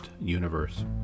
universe